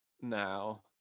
now